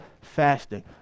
fasting